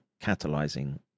catalyzing